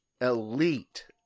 elite